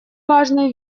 важной